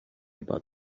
about